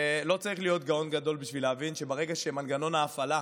לא צריך להיות גאון גדול בשביל להבין שברגע שמנגנון ההפעלה